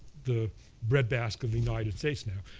the breadbasket of the united states now,